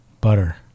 Butter